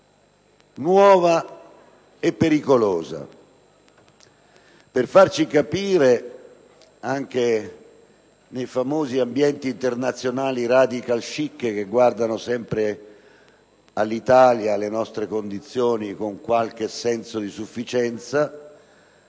nuova e pericolosa.